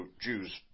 Jews